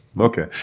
Okay